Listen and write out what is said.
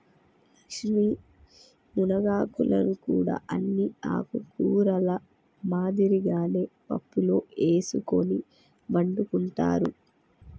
లక్ష్మీ మునగాకులను కూడా అన్ని ఆకుకూరల మాదిరిగానే పప్పులో ఎసుకొని వండుకుంటారు